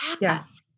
yes